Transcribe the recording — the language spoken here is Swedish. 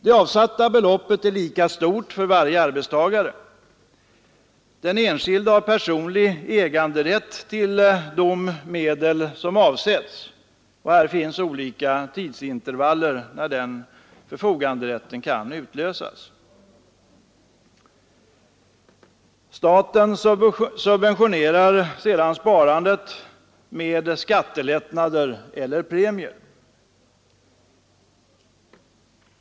Det avsatta beloppet är lika stort för varje arbetstagare. Den enskilde har personlig äganderätt till de medel som avsätts, och det finns olika tidsintervaller när den förfoganderätten kan utlösas. Staten subventionerar sedan sparandet med skattelättnader eller premier.